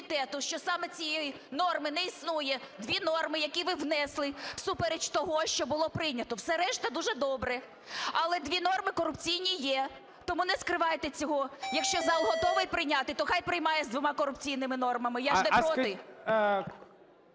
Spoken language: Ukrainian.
не скривайте цього. Якщо зал готовий прийняти, то хай приймає з двома корупційними нормами, я ж не проти.